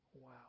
Wow